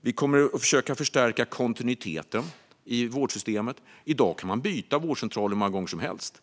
Vi kommer att försöka förstärka kontinuiteten i vårdsystemet. I dag kan man byta vårdcentral hur många gånger som helst.